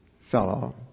fellow